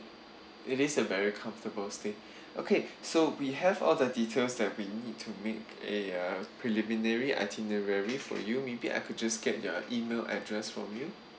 it is a very comfortable stay okay so we have all the details that we need to make a uh preliminary itinerary for you maybe I could just get your email address from you